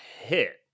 hit